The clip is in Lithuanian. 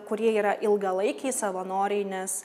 kurie yra ilgalaikiai savanoriai nes